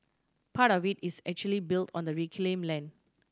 part of it is actually built on the reclaim land